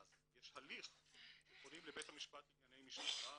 אז יש הליך שפונים לבית המשפט לענייני משפחה,